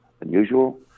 unusual